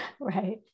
Right